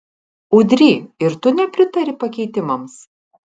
udry ir tu nepritari pakeitimams